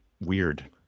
weird